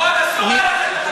אסור היה לתת לדבר?